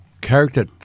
character